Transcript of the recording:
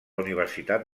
universitat